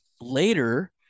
Later